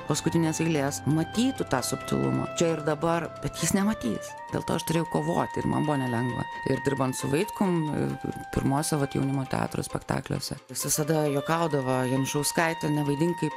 paskutinės eilės matytų tą subtilumą čia ir dabar bet jis nematys dėl to aš turėjau kovoti ir man buvo nelengva ir dirbant su vaitkum pirmuose vat jaunimo teatro spektakliuose jis visada juokaudavo janušauskaite nevaidink kaip